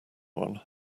one